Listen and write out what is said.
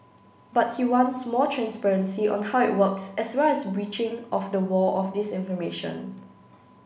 but he wants more transparency on how it works as well as a breaching of the wall of disinformation